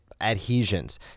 adhesions